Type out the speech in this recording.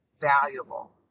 valuable